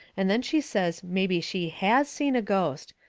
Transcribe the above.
and then she says mebby she has seen a ghost,